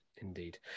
indeed